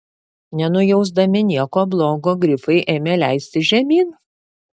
nenujausdami nieko blogo grifai ėmė leistis žemyn